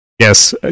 Yes